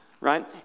Right